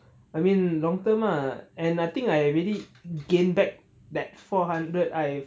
I mean long term ah and I think I really gain back that four hundred I've